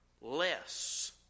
less